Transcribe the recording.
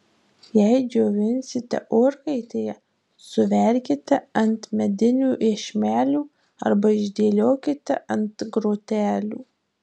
jei džiovinsite orkaitėje suverkite ant medinių iešmelių arba išdėliokite ant grotelių